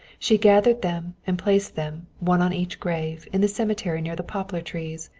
she gathered them and placed them, one on each grave, in the cemetery near the poplar trees,